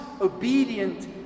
obedient